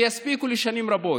שיספיקו לשנים רבות.